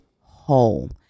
whole